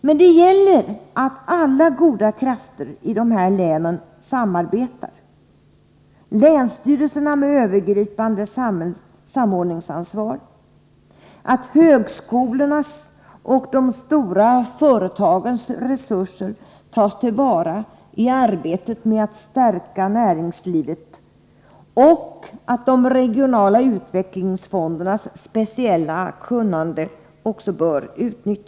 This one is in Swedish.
Men det gäller att alla goda krafter i de här länen samarbetar: länsstyrelserna med övergripande samordningsansvar, högskolornas och de stora företagens resurser — som bör tas till vara i arbetet med att stärka näringslivet — och de regionala utvecklingsfondernas speciella kunnande.